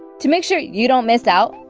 to make sure you don't miss out,